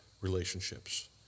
relationships